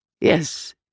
Yes